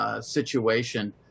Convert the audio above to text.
situation